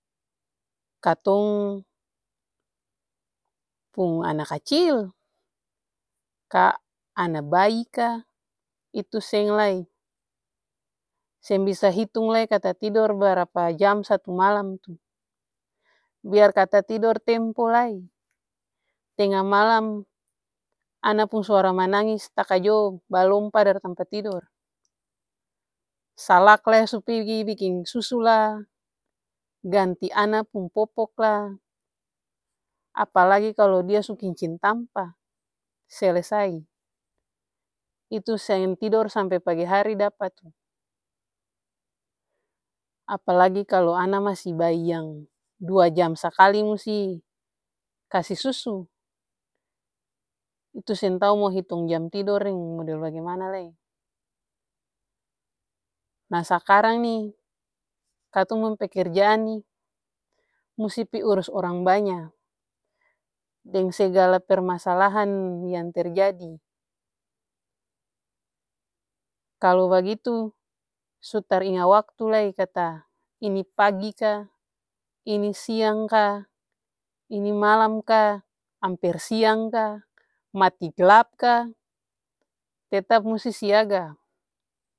Katong pung ana kacil ka ana bayi ka itu seng lai seng bisa hitong kata tidor barapa jam satu malam tuh. Biar kata tidor tempo lai tenga malam ana pung suara manangis takajo balompa dari tampa tidor. Salak lai su pigi biking susu lah, ganti ana pung popok lah apalagi kalu dia su kincing tampa selesai. Itu seng tidor sampe pagi hari dapa tuh. Apalagi kalu ana yang masi bayi yang dua jam sakali musti kasi susu, itu seng tau mo hitung jam tidor deng bagimana lai. Nah sakarang nih katong pung pekerjaan nih musti pi urus orang banya deng segala permasalahan yang terjadi. Kalu bagitu su tar inga waktu lai kata ini pagi ka, ini siang ka, ini malam ka, amper siang ka, mati glap ka, tetap musti siaga.